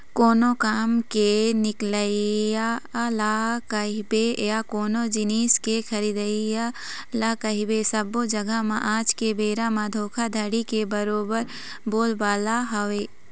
कोनो काम के निकलई ल कहिबे या कोनो जिनिस के खरीदई ल कहिबे सब्बो जघा म आज के बेरा म धोखाघड़ी के बरोबर बोलबाला हवय